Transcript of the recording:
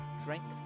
strength